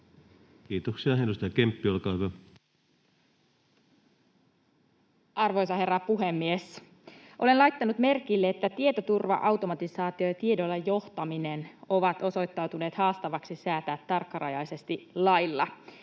Kiitoksia. — Edustaja Kemppi, olkaa hyvä. Arvoisa herra puhemies! Olen laittanut merkille, että tietoturva-automatisaatio ja tiedolla johtaminen ovat osoittautuneet haastaviksi säätää tarkkarajaisesti lailla.